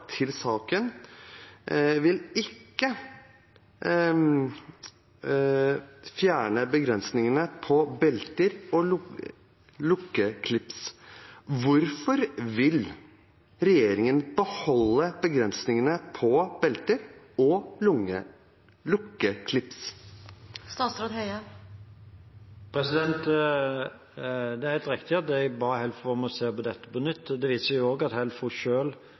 til saken vil ikke fjerne begrensningene på belter og lukkeklips. Hvorfor vil regjeringen beholde begrensningene på belter og lukkeklips? Det er helt riktig at jeg ba Helfo om å se på dette på nytt. Det viste seg også at Helfo